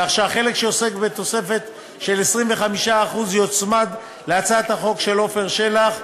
כך שהחלק שעוסק בתוספת של 25% יוצמד להצעת החוק של עפר שלח.